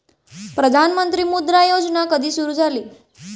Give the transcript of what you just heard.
प्रधानमंत्री मुद्रा योजना कधी सुरू झाली?